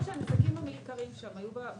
זה עניין של נזקים שנגרמו שם.